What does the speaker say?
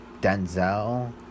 Denzel